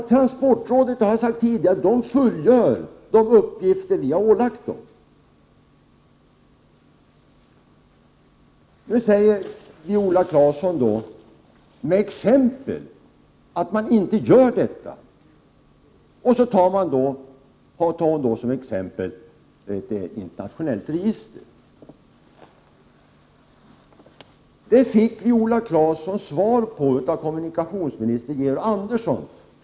Transportrådet fullgör nämligen de uppgifter som vi har ålagt det. Viola Claesson nämner med exempel att transportrådet inte gör så. Hon tar som exempel frågan om ett internationellt fartygsregister. För mycket kort tid sedan fick Viola Claesson svar på den frågan av kommunikationsminister Georg Andersson.